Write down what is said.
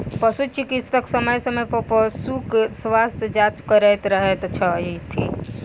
पशु चिकित्सक समय समय पर पशुक स्वास्थ्य जाँच करैत रहैत छथि